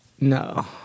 No